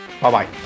Bye-bye